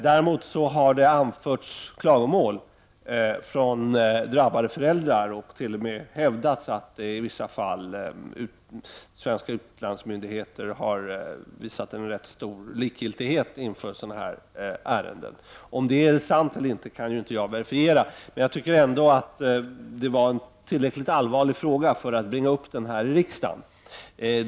Däremot har det anförts klagomål från drabbade föräldrar, och det har t.o.m. hävdats att svenska utlandsmyndigheter i vissa fall har visat en rätt stor likgiltighet inför den här typen av ärenden. Om det är sant eller inte kan inte jag verifiera, men jag tycker ändå att det var en tillräckligt allvarlig fråga för att ta upp här i riksdagen.